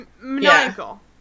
maniacal